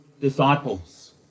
disciples